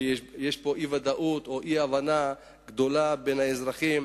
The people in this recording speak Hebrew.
כי יש אי-ודאות או אי-הבנה גדולה בין האזרחים,